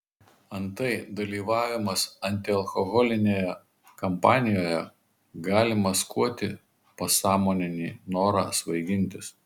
antai dalyvavimas antialkoholinėje kampanijoje gali maskuoti pasąmoninį norą svaigintis